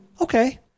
okay